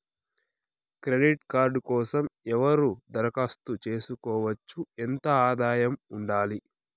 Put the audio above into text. Credit card కోసం ఎవరు దరఖాస్తు చేసుకోవచ్చు? ఎంత ఆదాయం ఉండాలి?